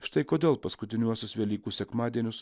štai kodėl paskutiniuosius velykų sekmadienius